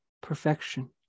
perfection